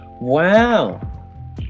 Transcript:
Wow